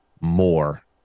more